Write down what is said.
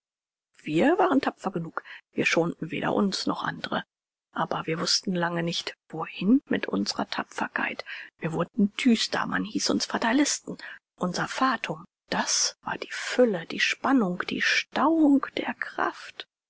wir waren tapfer genug wir schonten weder uns noch andere aber wir wußten lange nicht wohin mit unsrer tapferkeit wir wurden düster man hieß uns fatalisten unser fatum das war die fülle die spannung die stauung der kräfte